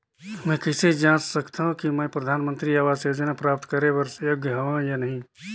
मैं कइसे जांच सकथव कि मैं परधानमंतरी आवास योजना प्राप्त करे बर योग्य हववं या नहीं?